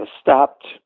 stopped